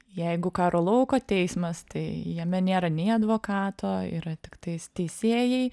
jeigu karo lauko teismas tai jame nėra nei advokato yra tiktais teisėjai